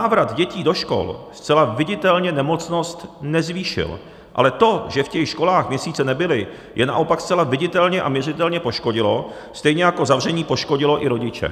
Návrat dětí do škol zcela viditelně nemocnost nezvýšil, ale to, že v těch školách měsíce nebyly, je naopak zcela viditelně a měřitelně poškodilo, stejně jako zavření poškodilo i rodiče.